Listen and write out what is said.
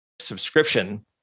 subscription